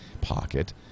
pocket